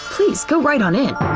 please, go right on in.